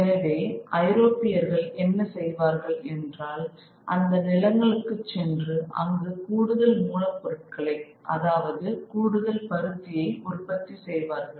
எனவே ஐரோப்பியர்கள் என்ன செய்வார்கள் என்றால் அந்த நிலங்களுக்குச் சென்று அங்கு கூடுதல் மூலப்பொருட்களை அதாவது கூடுதல் பருத்தியை உற்பத்தி செய்வார்கள்